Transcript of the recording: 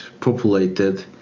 populated